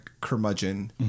curmudgeon